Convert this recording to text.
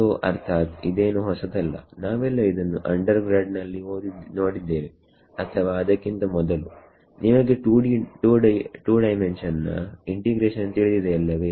so ಅರ್ಥಾತ್ ಇದೇನು ಹೊಸತಲ್ಲ ನಾವೆಲ್ಲ ಇದನ್ನು ಅಂಡರ್ಗ್ರಾಡ್ ನಲ್ಲಿ ನೋಡಿದ್ದೇವೆ ಅಥವ ಅದಕ್ಕಿಂತ ಮೊದಲು ನಿಮಗೆ 2 ಡೈಮೆನ್ಷನ್ ನ ಇಂಟಿಗ್ರೇಷನ್ ತಿಳಿದಿದೆಯಲ್ಲವೇ